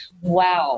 wow